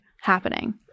happening